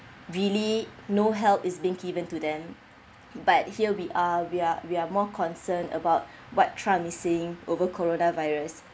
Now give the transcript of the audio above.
really no help is being given to them but here we are we are we are more concerned about what trump is saying over corona virus